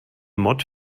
mod